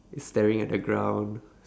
it's staring at the ground